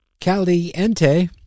caliente